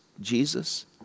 Jesus